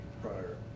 prior